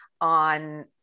on